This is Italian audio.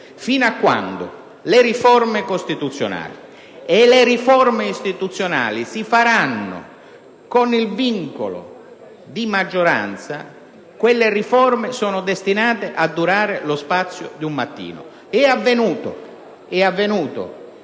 fino a quando le riforme costituzionali ed istituzionali si faranno con il vincolo di maggioranza, quelle riforme sono destinate a durare lo spazio di un mattino. Ciò è avvenuto